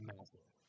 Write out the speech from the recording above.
Massive